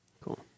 Cool